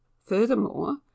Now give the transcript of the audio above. Furthermore